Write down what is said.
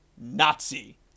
Nazi